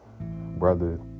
brother